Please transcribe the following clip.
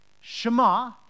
Shema